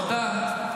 תודה רבה, תודה.